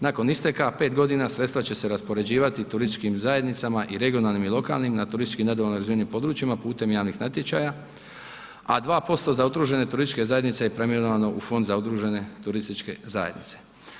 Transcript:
Nakon isteka 5 godina, sredstva će se raspoređivati turističkim zajednicama i regionalnim i lokalnim na turistički nedovoljno razvijenim područjima putem javnih natječaja, a 2% za udružene turističke zajednice je preimenovano u Fond za udružene turističke zajednice.